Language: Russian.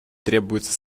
требуется